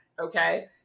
okay